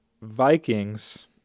Vikings